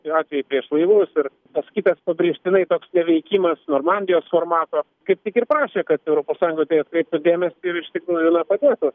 atvejai prieš laivus ir tas kitas pabrėžtinai toks neveikimas normandijos formato kaip tik ir prašė kad europos sąjunga į tai atkreiptų dėmesį ir iš tikrųjų na padėtų